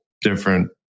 different